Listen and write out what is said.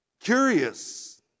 curious